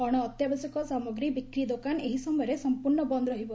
ଅଣଅତ୍ୟାବଶ୍ୟକ ସାମଗ୍ରୀ ବିକ୍ରି ଦୋକାନ ଏହି ସମୟରେ ସମ୍ପର୍ଷ୍ଣ ବନ୍ଦ୍ ରହିବ